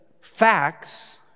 facts